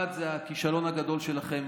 אחד זה הכישלון הגדול שלכם